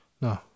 No